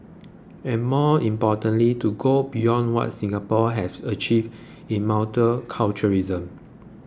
and more importantly to go beyond what Singapore has achieved in multiculturalism